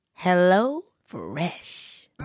HelloFresh